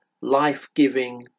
life-giving